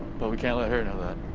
but we can't let her know that.